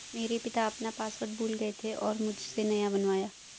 मेरे पिता अपना पासवर्ड भूल गए थे और मुझसे नया बनवाया